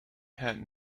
had